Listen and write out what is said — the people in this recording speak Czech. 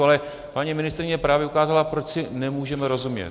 Ale paní ministryně právě ukázala, proč si nemůžeme rozumět.